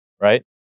Right